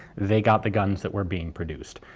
they got the guns that were being produced.